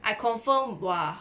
I confirm !wah!